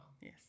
Yes